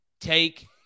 take